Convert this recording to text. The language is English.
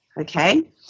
okay